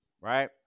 Right